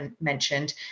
mentioned